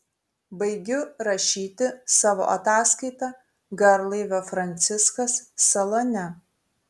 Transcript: baigiu rašyti savo ataskaitą garlaivio franciskas salone